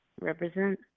Represent